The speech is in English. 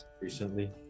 recently